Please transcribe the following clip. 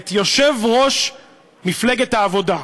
את יושב-ראש מפלגת העבודה.